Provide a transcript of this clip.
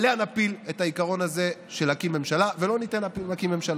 עליה נפיל את העיקרון הזה של הקמת ממשלה ולא ניתן להקים ממשלה.